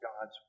God's